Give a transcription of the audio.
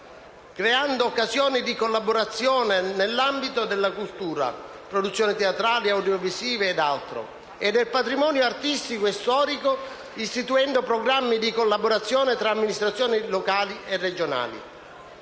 creando occasioni di collaborazione nell'ambito della cultura, ad esempio attraverso produzioni teatrali, audiovisive e altro, e del patrimonio artistico e storico, istituendo programmi di collaborazione tra amministrazioni locali e regionali.